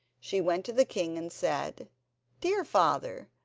she went to the king and said dear father,